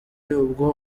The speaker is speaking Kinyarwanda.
ubwo